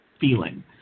feeling